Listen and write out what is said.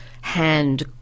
hand